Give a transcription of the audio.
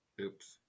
Oops